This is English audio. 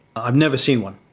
i've never seen one.